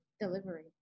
delivery